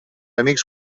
amics